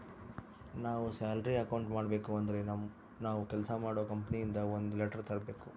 ನಾವ್ salary account ಮಾಡಬೇಕು ಅಂದ್ರೆ ನಾವು ಕೆಲ್ಸ ಮಾಡೋ ಕಂಪನಿ ಇಂದ ಒಂದ್ ಲೆಟರ್ ತರ್ಬೇಕು